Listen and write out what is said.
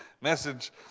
message